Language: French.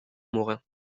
morin